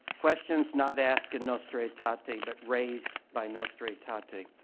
questions not asked in nostra aetate ah aetate but raised by nostra aetate,